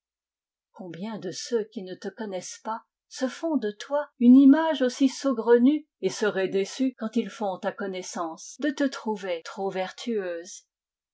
combien de ceux qui ne te connaissent pas se font de toi une image aussi saugrenue et seraient déçus quand ils font ta connaissance de te trouver trop vertueuse